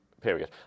period